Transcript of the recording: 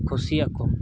ᱠᱩᱥᱤᱜ ᱟᱠᱚ